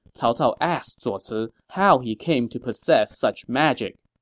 cao cao asked zuo ci how he came to possess such magic